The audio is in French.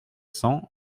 cents